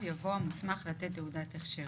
ואני רוצה לתת לך דוגמה מיבוא.